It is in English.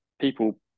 people